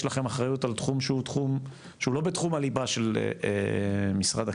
יש לכם אחריות על תחום שהוא לא בתחום הליבה של משרד הקליטה,